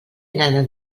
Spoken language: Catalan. anara